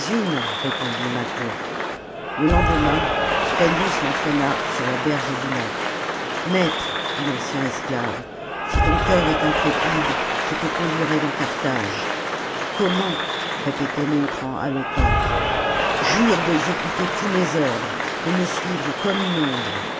une répondit mâtho le lendemain spendius fentraîna sur la berge du lac maître dit l'ancien esclave si ton cœur est intrépide je te conduirai dans carthage comment répétait l'autre en haletant salammbo jure d'exécuter tous mes ordres de me suivre comme une ombre